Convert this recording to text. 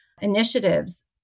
initiatives